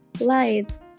lights